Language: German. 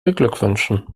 beglückwünschen